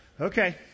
Okay